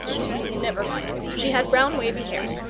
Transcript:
never mind, she had brown wavy hair.